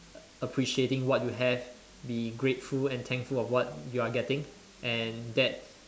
appreciating what you have be grateful and thankful of what you are getting and that